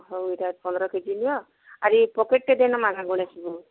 ହଉ ଏଇଟା ପନ୍ଦର କେଜି ନିଅ ଆରେ ଏ ପ୍ୟାକେଟ୍ଟେ ଦେଇ ଦମା